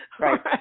Right